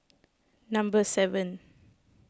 number seven